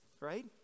right